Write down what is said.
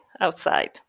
outside